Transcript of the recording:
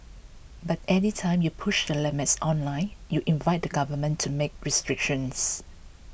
but any time you push the limits online you invite the government to make restrictions